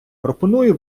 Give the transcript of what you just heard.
пропоную